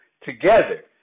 together